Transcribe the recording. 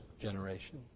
generation